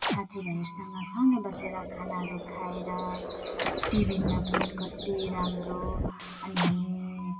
साथीभाइहरूसँग सँगै बसेर खानाहरू खाएर टिफिनमा पनि कति राम्रो अनि हामी